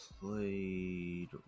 played